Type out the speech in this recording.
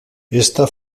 esta